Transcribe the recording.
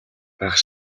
байх